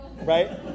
right